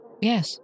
Yes